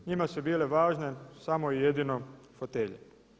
Njima su bile važne samo i jedino fotelje.